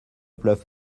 pleuve